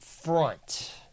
front